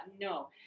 No